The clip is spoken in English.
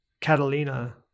Catalina